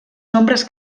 nombres